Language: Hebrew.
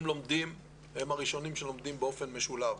הם הראשונים שלומדים באופן משולב.